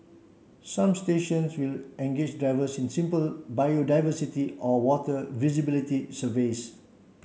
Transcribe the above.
some stations will engage divers in simple biodiversity or water visibility surveys